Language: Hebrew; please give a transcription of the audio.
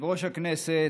יושב-ראש הכנסת,